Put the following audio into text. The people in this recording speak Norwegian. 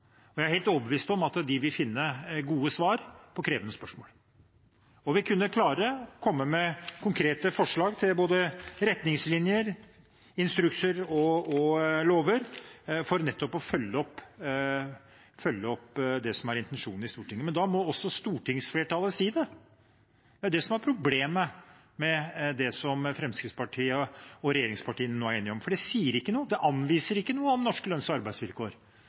Jeg er helt overbevist om at de vil finne gode svar på krevende spørsmål og vil klare å komme med konkrete forslag til både retningslinjer, instrukser og lover, nettopp for å følge opp det som er intensjonen i Stortinget. Men da må også stortingsflertallet si det. Det er jo det som er problemet med det som Fremskrittspartiet og regjeringspartiene nå er enige om, for det anviser ikke noe om norske lønns- og arbeidsvilkår.